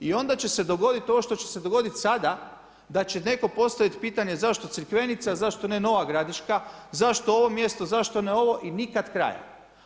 I onda će se dogoditi ovo što će se dogoditi sada, da će netko postavit pitanje zašto Crikvenica, zašto ne Nova Gradiška, zašto ovo mjesto, zašto ne ovo i nikad kraja.